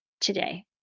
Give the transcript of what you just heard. today